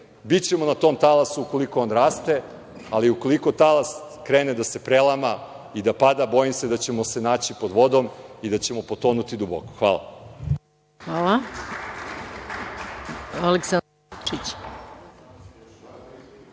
bićemo na tom talasu ukoliko on raste, ali ukoliko talas krene da se prelama i da pada, bojim se da ćemo se naći pod vodom i da ćemo potonuti duboko. Hvala. **Maja